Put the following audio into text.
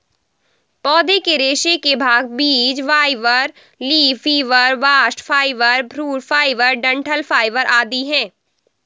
पौधे के रेशे के भाग बीज fibre, leaf fibre, bast fibre, fruit fibre, डंठल फाइबर आदि है